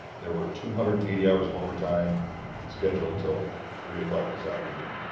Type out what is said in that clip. there were two hundred and eighty hours of overtime scheduled until three o'clock this afternoon.